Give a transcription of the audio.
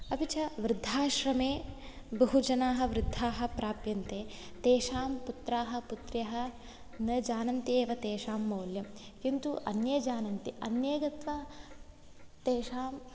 अपि च वृद्धाश्रमे बहुजनाः वृद्धाः प्राप्यन्ते तेषां पुत्राः पुत्र्यः न जानन्ति एव तेषां मौल्यं किन्तु अन्ये जानन्ति अन्ये गत्वा तेषां